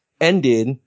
ended